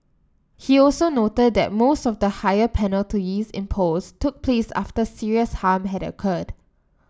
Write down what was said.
he also noted that most of the higher penalties imposed took place after serious harm had occurred